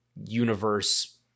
universe